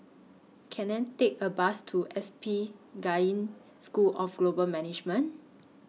Can I Take A Bus to S P Jain School of Global Management